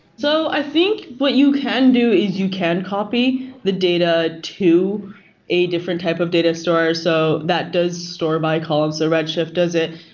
so i think what you can do is you can copy the data to a different type of data stores, so that does store by columns. redshift does it.